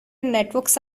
networks